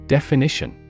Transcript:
Definition